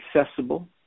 accessible